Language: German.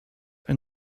ein